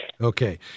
Okay